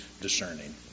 discerning